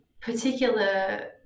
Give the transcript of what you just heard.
particular